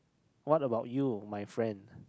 what about you my friend